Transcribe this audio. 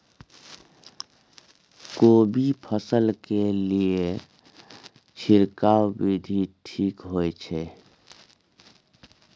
कोबी फसल के लिए छिरकाव विधी ठीक होय छै?